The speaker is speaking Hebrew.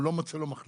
הוא לא מוצא לו מחליף